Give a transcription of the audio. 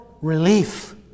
relief